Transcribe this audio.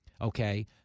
Okay